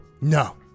no